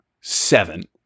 seven